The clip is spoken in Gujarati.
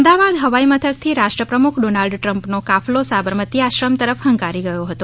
અમદાવાદ હવાઈ મથક થી રાષ્ટ્રપ્રમુખ ડોનાલ્ડ ટ્રમ્પ નો કાફલો સાબરમતી આશ્રમ તરફ હંકારી ગયો હતો